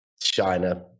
china